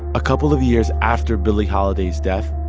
a couple of years after billie holiday's death,